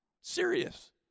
Serious